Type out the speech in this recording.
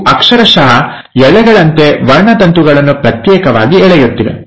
ಇವು ಅಕ್ಷರಶಃ ಎಳೆಗಳಂತೆ ವರ್ಣತಂತುಗಳನ್ನು ಪ್ರತ್ಯೇಕವಾಗಿ ಎಳೆಯುತ್ತಿವೆ